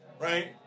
right